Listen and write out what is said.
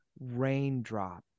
raindrop